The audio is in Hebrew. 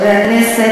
חברי הכנסת,